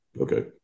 Okay